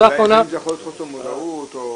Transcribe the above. לפעמים זה יכול להיות חוסר מודעות או